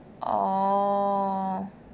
orh